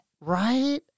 right